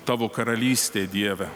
tavo karalystė dieve